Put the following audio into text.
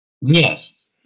Yes